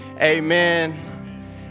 amen